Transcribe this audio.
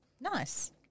Nice